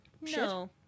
No